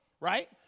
Right